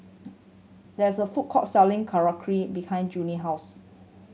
there's a food court selling Korokke behind Junie house